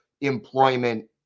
employment